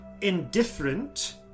indifferent